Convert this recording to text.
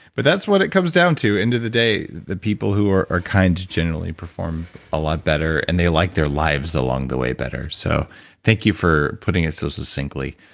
but that's what it comes down to, end of the day, the people who are are kind generally perform a lot better, and they like their lives along along the way better. so thank you for putting it so succinctly.